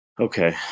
Okay